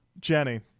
jenny